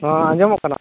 ᱦᱮᱸ ᱟᱸᱡᱚᱢᱚᱜ ᱠᱟᱱᱟ